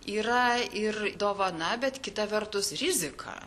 yra ir dovana bet kita vertus rizika